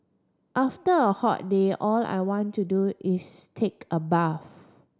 after a hot day all I want to do is take a bath